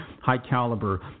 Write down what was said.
high-caliber